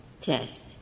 test